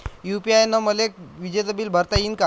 UPI न मले विजेचं बिल भरता यीन का?